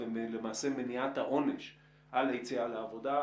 ולמעשה מניעת העונש על יציאה לעבודה,